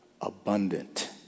abundant